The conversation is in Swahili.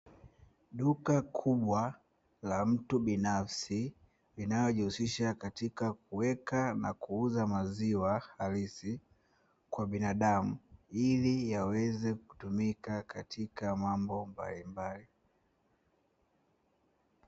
Duka kubwa la mtu binafsi linalojihusisha katika kuweka na kuuza maziwa halisi kwa binadamu, ili yaweze kutumika katika mambo mbalimbali.